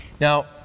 Now